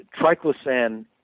triclosan